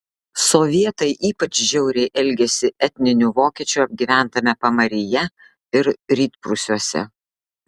sovietai ypač žiauriai elgėsi etninių vokiečių apgyventame pamaryje ir rytprūsiuose